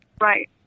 Right